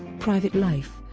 private life